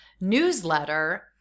newsletter